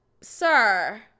sir